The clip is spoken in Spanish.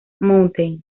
mountain